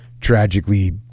tragically